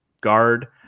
guard